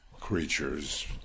creatures